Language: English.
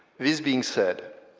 this being said,